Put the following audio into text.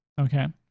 okay